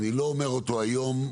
אני לא אומר אותו היום.